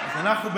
אז אנחנו,